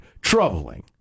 troubling